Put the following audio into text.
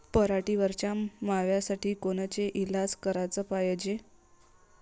पराटीवरच्या माव्यासाठी कोनचे इलाज कराच पायजे?